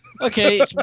Okay